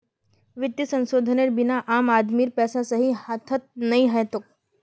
वित्तीय संस्थानेर बिना आम आदमीर पैसा सही हाथत नइ ह तोक